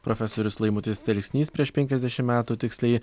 profesorius laimutis telksnys prieš penkiasdešimt metų tiksliai